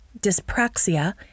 dyspraxia